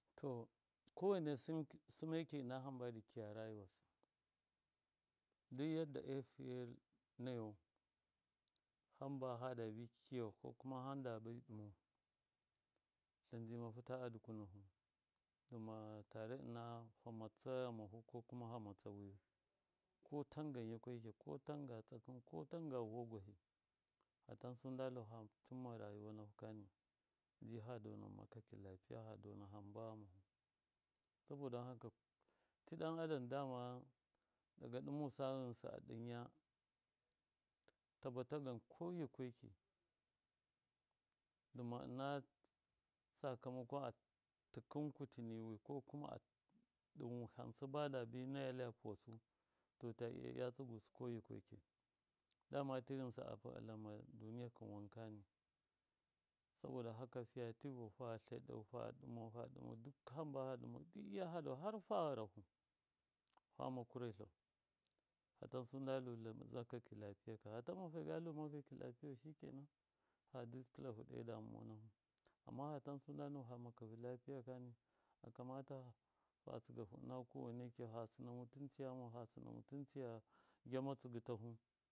To ko waina sim sɨmmeki ɨna hamba dɨ kiyau arayiwasɨ du yadda e efiye nayau hamba fada bɨ, kuyau ko kuma hamba fa dabi ɗɨmau tlɨnji mafita a dukunafu dɨma tare ɨna fa matsima ghamahu ko kuma wiyu ko tangan yikwai ki ko tanga tsakɨn ko tanga vuwagwahɨ fatan su ndalu facimma rayuwa nafu kani ji fa dona makyaki lapiya ha dona hamba ghamafu saboda haka ti ɗan adama dama daga ɗɨmusa ghɨnsɨ aɗɨnya ta batangan ko yikweki dɨma ɨna sakamakowa atɨkɨn kutɨ niwi ko kuma a ɗɨn wiham sɨba dabi naya lyapuwasu ta tsɨgusɨ ko yikweki dama ti ghɨnsɨ a ɓalama duniya kɨn wankani saboda haka fiya tivau fa tleɗau fa ɗima duk hamba fa ɗimau har fa gharahu fama kuretlau fatansu ndalu makɨ lpiyaka fatan malu makyaki lafiyau ka shikenan fa dɨ tɨlahu do makyaki lafiya ka akamata ha tsiguhu ina ko waiyeki fa sɨna mutunci fa sɨna mutunci gyama tsigɨtahu.